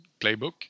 playbook